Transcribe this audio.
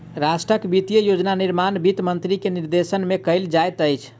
राष्ट्रक वित्तीय योजना निर्माण वित्त मंत्री के निर्देशन में कयल जाइत अछि